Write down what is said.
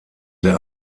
der